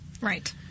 Right